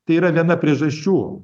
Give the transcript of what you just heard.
tai yra viena priežasčių